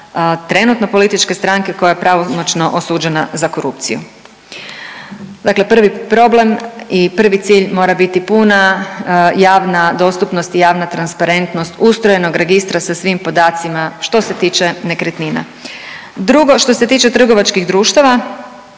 trenutno političke stranke koja je pravomoćno osuđena za korupciju. Dakle, prvi problem i prvi cilj mora biti puna javna dostupnost i javna transparentnost ustrojenog registra sa svim podacima što se tiče nekretnina. Drugo što se tiče trgovačkih društava